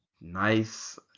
Nice